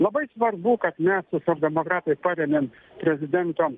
labai svarbu kad mes socialdemokratai paremiant prezidento